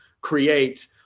create